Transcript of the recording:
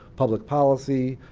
public policy,